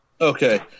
Okay